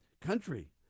country